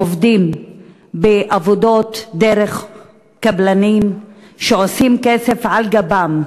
עובדים בעבודות דרך קבלנים שעושים כסף על גבם,